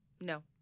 No